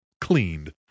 cleaned